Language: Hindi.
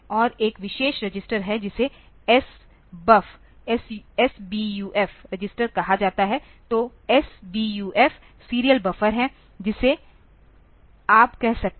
और एक विशेष रजिस्टर है जिसे SBUF रजिस्टर कहा जाता है तो SBUF सीरियल बफर है जिसे आप कह सकते हैं